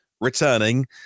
returning